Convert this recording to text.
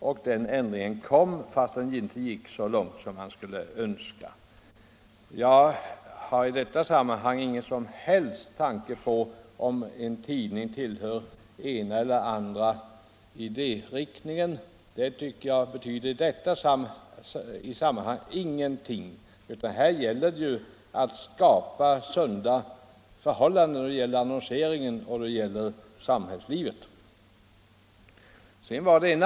Den ändringen gjordes också men gick icke så långt som hade varit önskvärt. Jag vill tillägga att jag här inte tar någon som helst hänsyn till om en tidning tillhör den ena eller andra idériktningen. Det betyder ingenting i sammanhanget, utan här gäller det att skapa sunda förhållanden både i annonseringen i pressen och i samhället över huvud taget.